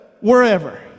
wherever